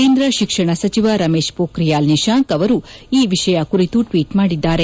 ಕೇಂದ ಶಿಕ್ಷಣ ಸಚಿವ ರಮೇಶ್ ಪೋಖಿಯಾಲ್ ನಿಶಾಂಕ್ ಅವರು ಈ ವಿಷಯ ಕುರಿತು ಟ್ಲೀಟ್ ಮಾಡಿದ್ದಾರೆ